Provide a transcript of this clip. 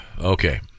Okay